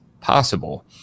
possible